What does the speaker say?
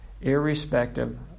irrespective